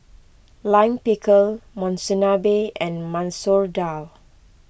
Lime Pickle Monsunabe and Masoor Dal